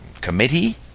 committee